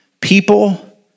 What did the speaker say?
People